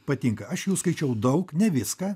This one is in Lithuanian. patinka aš jų skaičiau daug ne viską